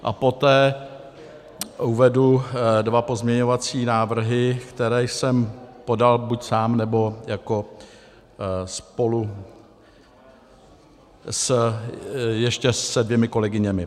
A poté uvedu dva pozměňovacími návrhy, které jsem podal buď sám, nebo spolu ještě se dvěma kolegyněmi.